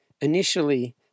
initially